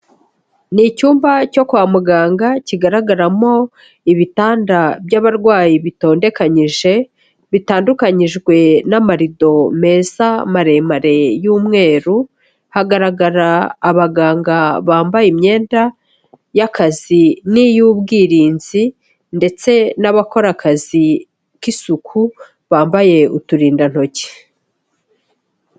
Ni icyumba cyo kwa muganga kigaragaramo ibitanda by'abarwayi bitondekanyije, bitandukanyijwe n'amarido meza maremare y'umweru, hagaragara abaganga bambaye imyenda y'akazi n'iy'ubwirinzi ndetse n'abakora akazi k'isuku bambaye uturindantoki.